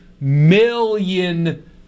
million